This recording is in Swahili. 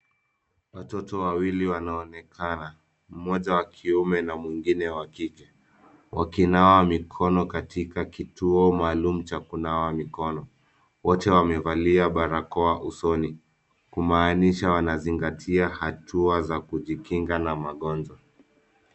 Watoto wawili wanaonekana. Mmoja wa kiume na mwengine wa kike, wakinawa mikono katika kituo maalum cha kunawa mikono. Wote wamevalia barakoa usoni, kumaanisha wanazingatia hatua za kujikinga na magonjwa.